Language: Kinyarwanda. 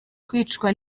kwicwa